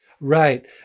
Right